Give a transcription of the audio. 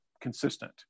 consistent